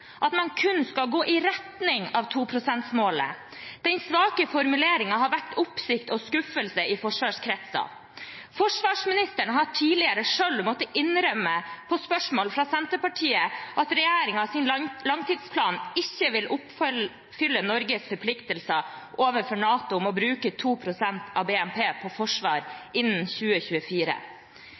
at man kun skal gå «i retning av» 2-prosentmålet. Den svake formuleringen har vakt oppsikt og skuffelse i forsvarskretser. Forsvarsministeren har tidligere selv måttet innrømme på spørsmål fra Senterpartiet at regjeringens langtidsplan ikke vil oppfylle Norges forpliktelser overfor NATO om å bruke 2 pst. av BNP på forsvar innen 2024.